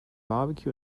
barbecue